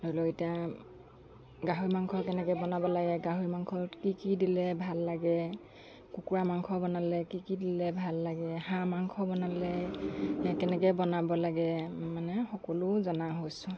ধৰি লওঁক এতিয়া গাহৰি মাংস কেনেকৈ বনাব লাগে গাহৰি মাংসত কি কি দিলে ভাল লাগে কুকুৰা মাংস বনালে কি কি দিলে ভাল লাগে হাঁহ মাংস বনালে কেনেকৈ বনাব লাগে মানে সকলো জনা হৈছোঁ